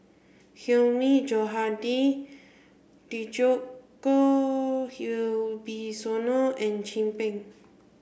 Hilmi Johandi Djoko Wibisono and Chin Peng